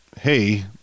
hey